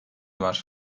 var